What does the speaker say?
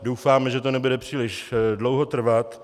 Doufáme, že to nebude příliš dlouho trvat.